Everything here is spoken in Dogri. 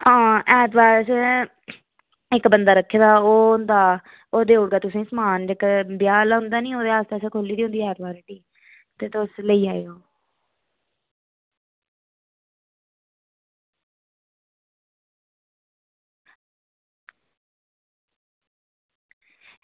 आं ऐतवार असें इक्क बंदा रक्खे दा ओह् होंदा ओह् देई ओड़गा समान ओह् ब्याह् आस्तै ना असें खोह्ल्ली दी होंदी ऐतवारें हट्टी ते तुस लेई जायो